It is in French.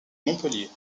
montpellier